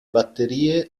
batterie